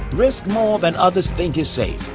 risk more than others think is safe.